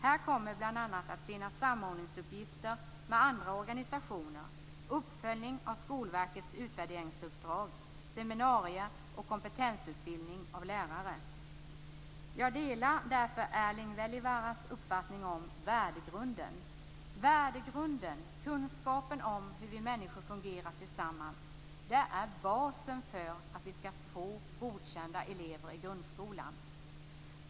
Här kommer bl.a. att finnas samordningsuppgifter med andra organisationer, uppföljning av skolverkets utvärderingsuppdrag, seminarier och kompetensutbildning av lärare. Jag delar därför Erling Wälivaaras uppfattning om en värdegrund. Värdegrunden, kunskapen om hur vi människor fungerar tillsammans, är basen för att vi skall få godkända elever i grundskolan.